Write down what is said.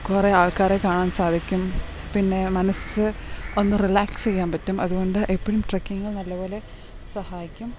കുറേ ആൾക്കാരെ കാണാൻ സാധിക്കും പിന്നെ മനസ്സ് ഒന്നും റിലാക്സ് ചെയ്യാൻ പറ്റും അതുകൊണ്ട് എപ്പോഴും ട്രക്കിങ്ങ് നല്ലപോലെ സഹായിക്കും